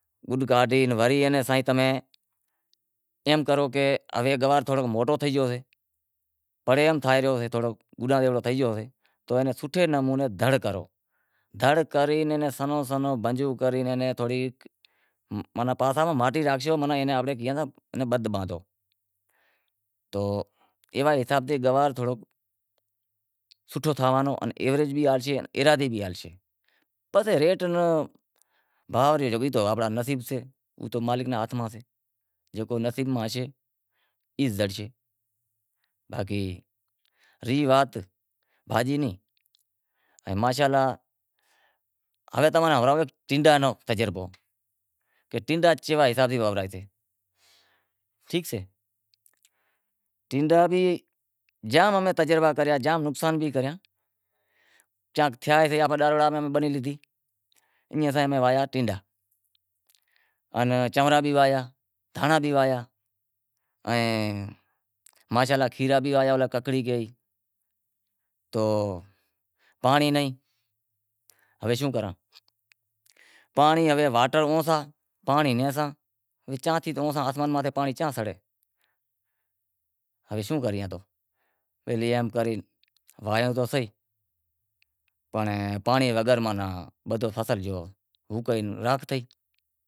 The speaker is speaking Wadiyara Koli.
گڈ کاڈے وری تمیں اینے تمیں ایم کرو کہ ہوے گوار تھوڑو موٹو تھئے گیو سے تو اینا سوٹھے نمونے دڑ کرو، دڑ کری اینے ونجو کرے پسے اینے پاساں ماں ماٹی راکھشو تو ایناں بند باندھو تو دڑ کری ان سنہو سنہو ونجو کری ایئے نیں پاساں ماں ماٹی راکھشو ماناں ایئاں کھیریاں نیں بند باندہو، تو ایوا حساب تھی گوار تھوڑو سوٹھو تھاشے ان ایوریج بھی آوشے ایراضی بھی ہلشے پسے ریٹ ان بھاو تو انپڑا نصیب سے او مالک رے ہاتھ ماں سے زکو نصیب ماں سے ای زڑشے، باقی ری وات بھاجی نیں ماشا الا ہوے تماں ناں ہنڑانڑاں ٹینڈاں رو تجربو، کہ ٹینڈاں کیوا حساب سیں وونوراجسیں، ٹھیک سے، ٹینڈا بھی جام امیں تجربا کریا جام نقصان بھی کریا ای امیں واہویا ٹینڈا، چونرا بھی واہویا، دھانڑا بھی واہویا ائیں ماشا الا کھیرا بھی واہویا ککڑی بھی کی، تو پانڑی نئیں ہوے شوں کراں، پانڑی ہوے واٹر اونسا پانڑی نیسا اصمان ماتھے پانڑی چاں سڑے شوں کراں، پسے لی ای تو واہویا تو سہی پنڑ پانڑی ناں سے تو